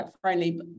friendly